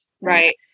right